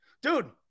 Dude